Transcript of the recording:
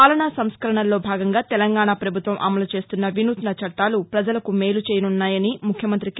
పాలనా సంస్కరణల్లో భాగంగా తెలంగాణ ప్రభుత్వం అమలు చేస్తున్న వినూత్న చట్టాలు పజలకు మేలు చేయనున్నాయని ముఖ్యమంతి కే